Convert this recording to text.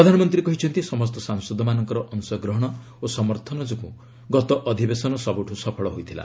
ପ୍ରଧାନମନ୍ତ୍ରୀ କହିଛନ୍ତି ସମସ୍ତ ସାଂସଦମାନଙ୍କ ଅଂଶଗ୍ରହଣ ଓ ସମର୍ଥନ ଯୋଗୁଁ ଗତ ଅଧିବେଶନ ସବୁଠୁ ସଫଳ ହୋଇଥିଲା